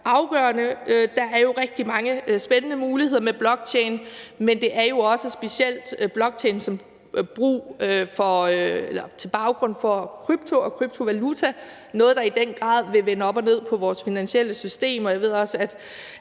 afgørende. Der er jo rigtig mange spændende muligheder med blockchain, men det er jo specielt blockchain som baggrund for krypto og kryptovaluta. Det er noget, der i den grad vil vende op og ned på vores finansielle system,